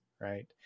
right